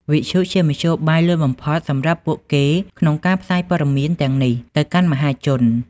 វិទ្យុជាមធ្យោបាយលឿនបំផុតសម្រាប់ពួកគេក្នុងការផ្សាយព័ត៌មានទាំងនេះទៅកាន់មហាជន។